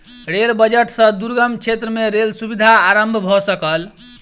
rail budget सॅ दुर्गम क्षेत्र में रेल सुविधा आरम्भ भ सकल